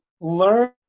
learn